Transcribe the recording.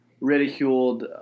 ridiculed